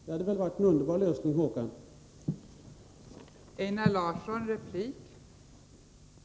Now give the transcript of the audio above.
Det hade väl varit en underbar lösning, Håkan Strömberg?